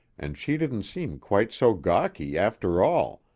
and she didn't seem quite so gawky, after all,